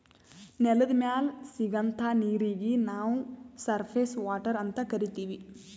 ನೆಲದ್ ಮ್ಯಾಲ್ ಸಿಗಂಥಾ ನೀರೀಗಿ ನಾವ್ ಸರ್ಫೇಸ್ ವಾಟರ್ ಅಂತ್ ಕರೀತೀವಿ